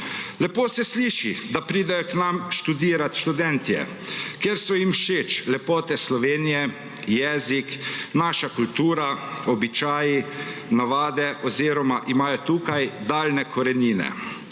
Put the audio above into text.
Lepo se sliši, da pridejo k nam študirati študentje, ker so jim všeč lepote Slovenije, jezik, naša kultura, običaji, navade oziroma imajo tukaj daljne korenine.